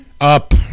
Up